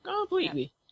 Completely